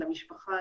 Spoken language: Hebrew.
למשפחה,